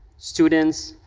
students,